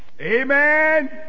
Amen